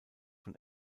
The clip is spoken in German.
von